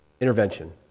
Intervention